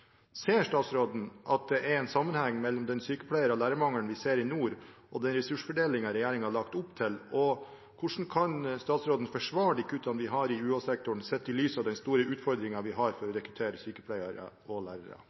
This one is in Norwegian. Ser statsråden at det er en sammenheng mellom den sykepleier- og lærermangelen vi ser i nord, og den ressursfordelingen regjeringen har lagt opp til? Og hvordan kan statsråden forsvare kuttene vi har i UH-sektoren, sett i lys av den store utfordringen vi har med å rekruttere sykepleiere og lærere?